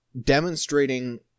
demonstrating